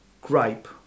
gripe